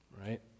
right